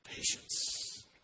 patience